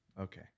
Okay